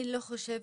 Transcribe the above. אני לא חושב.